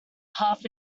half